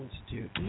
Institute